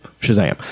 Shazam